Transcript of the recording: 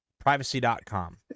privacy.com